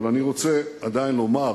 אבל אני רוצה עדיין לומר,